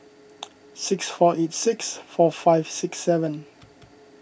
six four eight six four five six seven